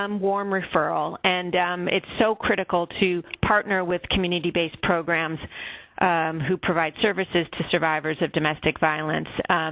um warm referral. and it's so critical to partner with community-based programs who provide services to survivors of domestic violence.